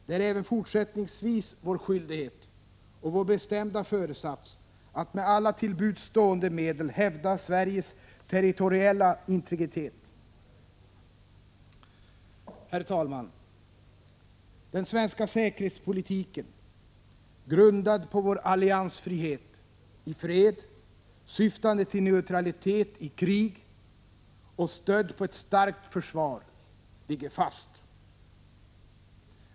Det är även fortsättningsvis vår skyldighet och vår bestämda föresats att med alla till buds stående medel hävda Sveriges territoriella integritet. Herr talman! Den svenska säkerhetspolitiken, grundad på vår alliansfrihet ifred, syftande till neutralitet i krig och stödd på ett starkt försvar, ligger fast.